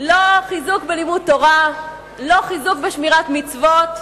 לא חיזוק בלימוד תורה, לא חיזוק בשמירת מצוות,